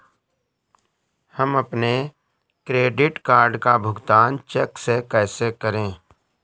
हम अपने credit card का भुगतान चेक से कैसे करें?